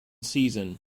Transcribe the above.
season